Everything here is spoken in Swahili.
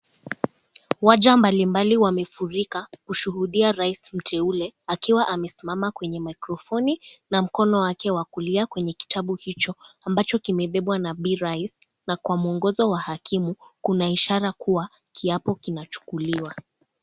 Waja mbalimbali wamefurika kushuhudia rais mteule akiwa amesimama kwenye maikrofoni Na mkono wake wa kulia kwenye kitabu ambacho kimebebwa na bi rais na mwongozo kupitia kwa hakimu kuonyesha kuwa kiapo linachukuliwa